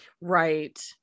right